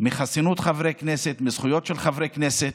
מחסינות חברי כנסת, מזכויות של חברי הכנסת,